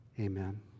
Amen